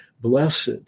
Blessed